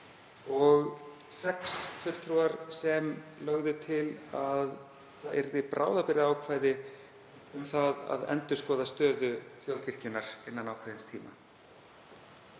og sex fulltrúar sem lögðu til að það yrði bráðabirgðaákvæði um að endurskoða stöðu þjóðkirkjunnar innan ákveðins tíma.